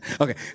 Okay